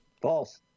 False